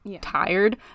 tired